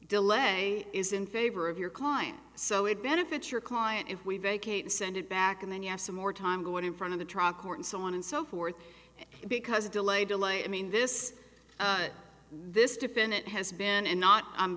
delay is in favor of your client so it benefits your client if we vacate and send it back and then you have some more time going in front of the trial court and so on and so forth because delay delay i mean this this defendant has been and not i'm